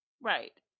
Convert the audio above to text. Right